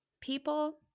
people